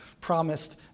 promised